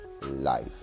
life